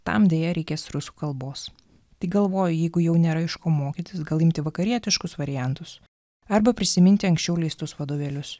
tam deja reikės rusų kalbos tai galvoju jeigu jau nėra iš ko mokytis gal imti vakarietiškus variantus arba prisiminti anksčiau leistus vadovėlius